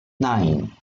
nein